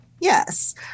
Yes